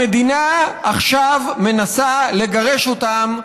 המדינה עכשיו מנסה לגרש אותם,